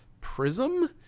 prism